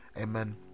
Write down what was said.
amen